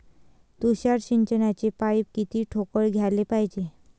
तुषार सिंचनाचे पाइप किती ठोकळ घ्याले पायजे?